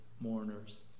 mourners